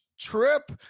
trip